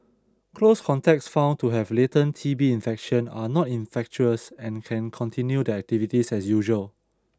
close contacts found to have latent T B infection are not infectious and can continue their activities as usual